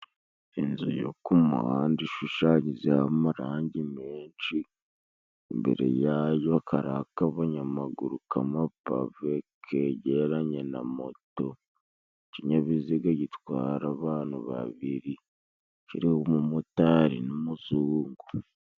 Inzu yo ku muhanda ishushanyijeho amarangi menshi. Imbere yayo akayira k'abanyamaguru k'amapave, kegeranye na moto ikinyabiziga gitwara abantu babiri, kiriho umumotari n'umuzungu.